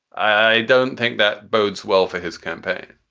i don't think that bodes well for his campaign.